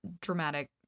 Dramatic